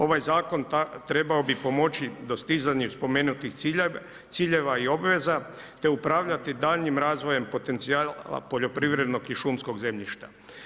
Ovaj zakon trebao bi pomoći dostizanju spomenutih ciljeva i obveza, te upravljati daljnjim razvojem potencijala poljoprivrednog i šumskog zemljišta.